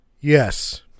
Yes